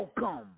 Welcome